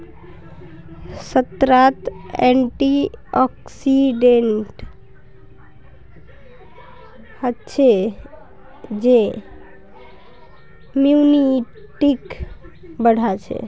संतरात एंटीऑक्सीडेंट हचछे जे इम्यूनिटीक बढ़ाछे